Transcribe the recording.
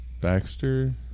Baxter